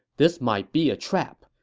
this might be a trap.